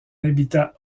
habitat